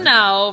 now